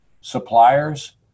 suppliers